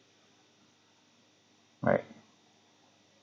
right